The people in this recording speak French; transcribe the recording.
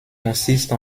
consiste